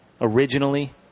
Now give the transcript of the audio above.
originally